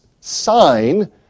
sign